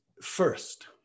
first